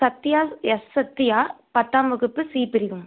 Sathya S Sathya பத்தாம் வகுப்பு C பிரிவு